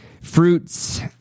Fruits